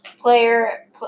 player